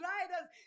Riders